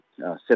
set